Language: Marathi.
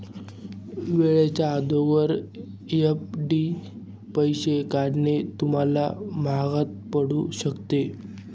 वेळेच्या अगोदर एफ.डी पैसे काढणे तुम्हाला महागात पडू शकते